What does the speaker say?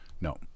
no